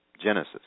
Genesis